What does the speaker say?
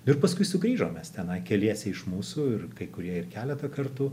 ir paskui sugrįžom mes tenai keliese iš mūsų ir kai kurie ir keletą kartų